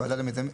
ועדה למיזמים,